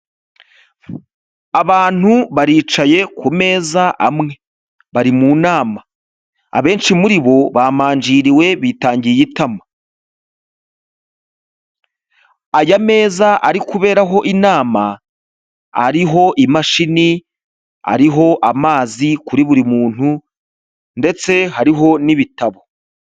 Abantu baricaye ku meza amwe, bari mu nama, abenshi muri bo bamanjiriwe bitangiye itama, aya meza ari kuberaho inama ariho imashini, ariho amazi kuri buri muntu, ndetse hariho n'ibitabo.